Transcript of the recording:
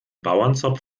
bauernzopf